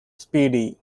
speedy